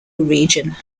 region